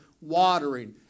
watering